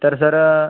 तर सर